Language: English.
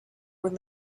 were